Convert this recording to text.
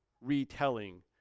Retelling